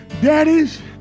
Daddies